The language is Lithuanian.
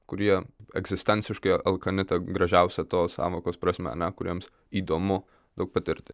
kurie egzistenciškai alkani ta gražiausia to sąvokos prasme ar ne kuriems įdomu daug patirti